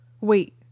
Wait